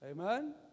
Amen